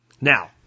Now